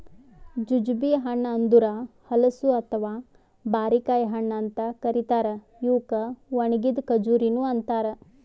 jujube ಹಣ್ಣ ಅಂದುರ್ ಹಲಸು ಅಥವಾ ಬಾರಿಕಾಯಿ ಹಣ್ಣ ಅಂತ್ ಕರಿತಾರ್ ಇವುಕ್ ಒಣಗಿದ್ ಖಜುರಿನು ಅಂತಾರ